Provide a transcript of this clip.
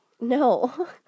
No